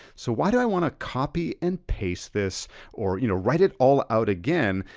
so why do i wanna copy and paste this or you know write it all out again,